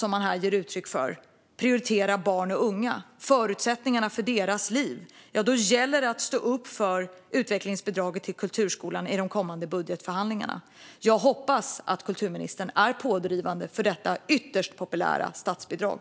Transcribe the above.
Om hon vill prioritera barn och unga och förutsättningarna för deras liv, som hon här ger uttryck för, gäller det att stå upp för utvecklingsbidraget till kulturskolan i de kommande budgetförhandlingarna. Jag hoppas att kulturministern är pådrivande för detta ytterst populära statsbidrag.